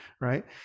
right